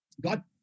God